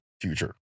future